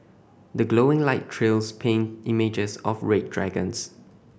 the glowing light trails paint images of red dragons